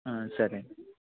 సరే అండి